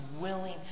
willing